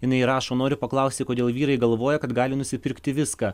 jinai rašo noriu paklausti kodėl vyrai galvoja kad gali nusipirkti viską